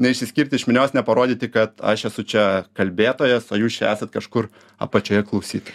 neišsiskirti iš minios neparodyti kad aš esu čia kalbėtojas o jūs čia esat kažkur apačioje klausytojai